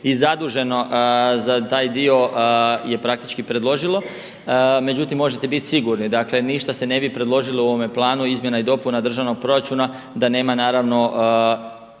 i zaduženo za taj dio je praktički predložilo. Međutim, možete bit sigurni, dakle ništa se ne bi predložilo u ovome planu izmjena i dopuna državnog proračuna da nema naravno intenciju